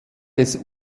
des